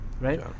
Right